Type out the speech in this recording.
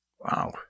wow